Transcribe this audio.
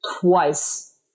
twice